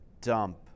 dump